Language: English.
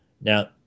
Now